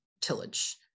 tillage